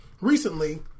recently